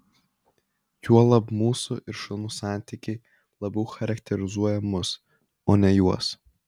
juolab mūsų ir šunų santykiai labiau charakterizuoja mus o ne juos